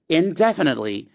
indefinitely